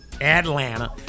atlanta